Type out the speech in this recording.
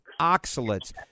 oxalates